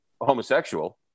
homosexual